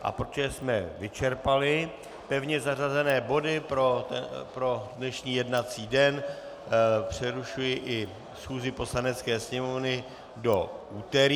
A protože jsme vyčerpali pevně zařazené body pro dnešní jednací den, přerušuji i schůzi Poslanecké sněmovny do úterý.